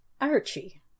Archie